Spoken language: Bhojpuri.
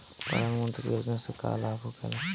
प्रधानमंत्री योजना से का लाभ होखेला?